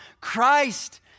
Christ